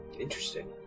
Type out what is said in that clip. interesting